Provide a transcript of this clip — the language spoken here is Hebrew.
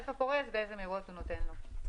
איפה פורס ואילו מהירויות הוא נותן לו.